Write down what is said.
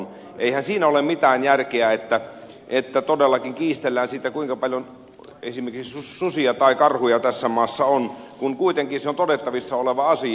eihän siinä ole mitään järkeä että todellakin kiistellään siitä kuinka paljon esimerkiksi susia ja karhuja tässä maassa on kun se kuitenkin on todettavissa oleva asia